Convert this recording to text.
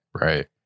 Right